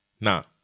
Now